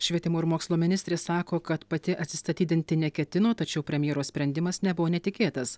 švietimo ir mokslo ministrė sako kad pati atsistatydinti neketino tačiau premjero sprendimas nebuvo netikėtas